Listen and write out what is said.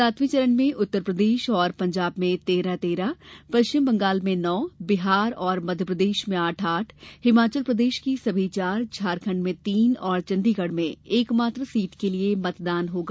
सातवें चरण में उत्तर प्रदेश और पंजाब में तेरह तेरह पश्चिम बंगाल में नौ बिहार और मध्य प्रदेश में आठ आठ हिमाचल प्रदेश की सभी चार झारखण्ड में तीन और चंडीगढ़ में एकमात्र सीट के लिए मतदान होगा